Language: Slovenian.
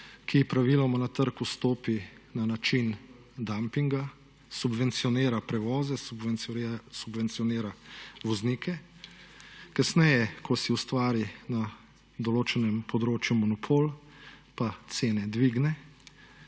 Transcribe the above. ki praviloma na trg vstopi na način, dumpinga, subvencionira prevoze, subvencionira voznike, kasneje, ko si ustvari na določenem področju monopol pa cene dvigne